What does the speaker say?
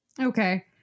Okay